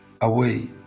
away